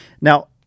Now